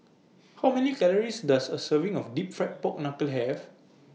How Many Calories Does A Serving of Deep Fried Pork Knuckle Have